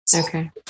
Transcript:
Okay